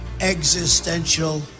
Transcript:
existential